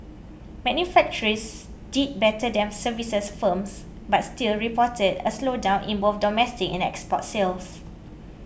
manufacturers did better than services firms but still reported a slowdown in both domestic and export sales